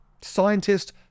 Scientists